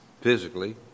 physically